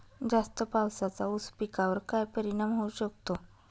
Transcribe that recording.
जास्त पावसाचा ऊस पिकावर काय परिणाम होऊ शकतो?